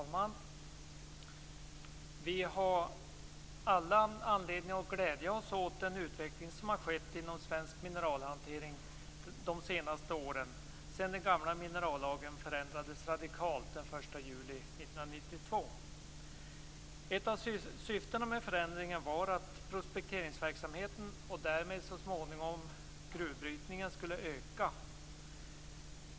Fru talman! Vi har alla anledning att glädja oss åt den utveckling som skett inom svensk mineralhantering de senaste åren, sedan den gamla minerallagen förändrades radikalt den 1 juli 1992. Ett av syftena med förändringarna var att prospekteringsverksamheten och därmed så småningom också gruvbrytningen skulle öka.